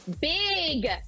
Big